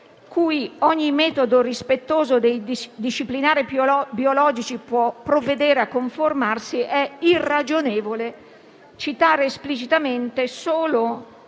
cui ogni metodo rispettoso dei disciplinari biologici può provvedere a conformarsi, è irragionevole citare esplicitamente solo